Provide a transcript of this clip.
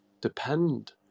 depend